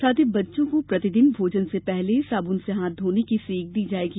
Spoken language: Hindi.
साथ ही बच्चों को प्रतिदिन भोजन से पहले साबुन से हाथ धोने की सीख दी जाएगी